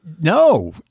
no